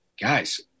guys